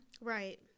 right